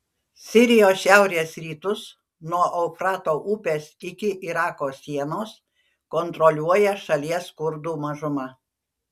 sirijos šiaurės rytus nuo eufrato upės iki irako sienos kontroliuoja šalies kurdų mažuma